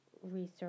Research